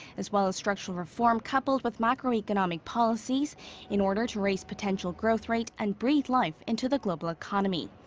as well as structural reform coupled with macroeconomic policies in order to raise potential growth rate and breathe life into the global economy.